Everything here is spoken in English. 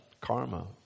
karma